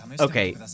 okay